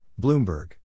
Bloomberg